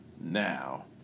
now